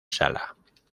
sala